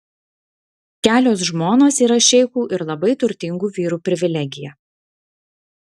kelios žmonos yra šeichų ir labai turtingų vyrų privilegija